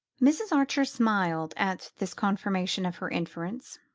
mrs. archer smiled at this confirmation of her inference.